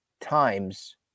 times